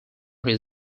his